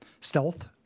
stealth